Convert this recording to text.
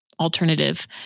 alternative